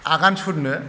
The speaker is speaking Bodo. आगान सुरनो